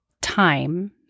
time